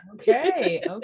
okay